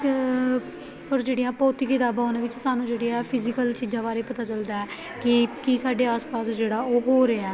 ਔਰ ਜਿਹੜੀਆਂ ਭੌਤਿਕ ਕਿਤਾਬਾਂ ਉਹਨਾਂ ਵਿੱਚ ਸਾਨੂੰ ਜਿਹੜੀ ਆ ਫਿਜੀਕਲ ਚੀਜ਼ਾਂ ਬਾਰੇ ਪਤਾ ਚਲਦਾ ਹੈ ਕਿ ਕੀ ਸਾਡੇ ਆਸ ਪਾਸ ਜਿਹੜਾ ਉਹ ਹੋ ਰਿਹਾ